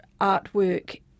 artwork